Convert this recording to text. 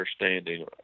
understanding